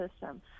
system